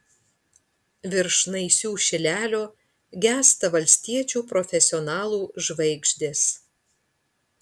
virš naisių šilelio gęsta valstiečių profesionalų žvaigždės